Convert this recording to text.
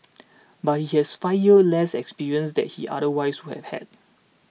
but he has five years less experience that he otherwise would had